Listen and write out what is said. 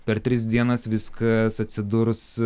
per tris dienas viskas atsidurs